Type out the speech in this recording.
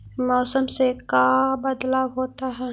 मौसम से का बदलाव होता है?